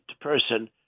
person